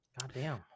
Goddamn